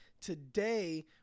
Today